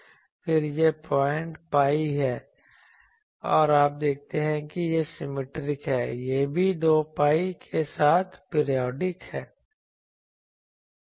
फिर यह point pi है आप देखते हैं कि यह सिमिट्रिक है यह भी 2 pi के साथ पीरियोडिक है